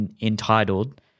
entitled